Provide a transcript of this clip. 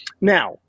Now